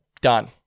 Done